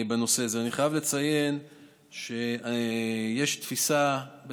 בנושא זה אני חייב לציין שיש תפיסה,